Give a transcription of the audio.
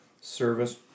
service